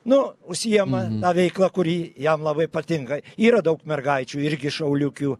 nu užsiima veikla kuri jam labai patinka yra daug mergaičių irgi šauliukių